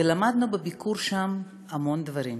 ולמדנו בביקור שם המון דברים.